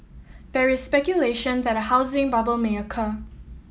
there is speculation that a housing bubble may occur